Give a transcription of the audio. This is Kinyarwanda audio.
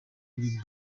kuri